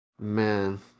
Man